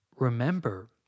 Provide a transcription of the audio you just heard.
remember